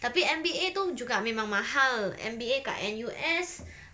tapi M_B_A tu juga memang mahal M_B_A kat N_U_S